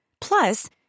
Plus